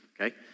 okay